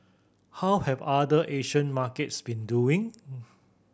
how have other Asian markets been doing